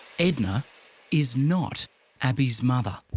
edna is not abii's mother.